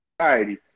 society